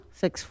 six